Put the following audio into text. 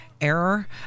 error